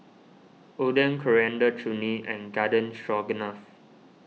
Oden Coriander Chutney and Garden Stroganoff